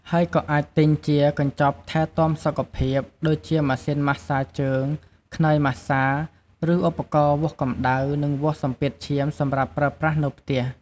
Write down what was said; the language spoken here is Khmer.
ហើយក៏អាចទិញជា កញ្ចប់ថែទាំសុខភាព ដូចជាម៉ាស៊ីនម៉ាស្សាជើង ខ្នើយម៉ាស្សា ឬឧបករណ៍វាស់កម្ដៅ និងវាស់សម្ពាធឈាមសម្រាប់ប្រើប្រាស់នៅផ្ទះ។